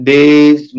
Days